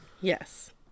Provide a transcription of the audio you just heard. Yes